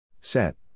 Set